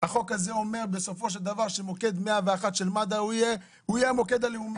החוק אומר בסופו של דבר שמוקד 101 של מד"א יהיה המוקד הלאומי.